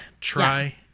try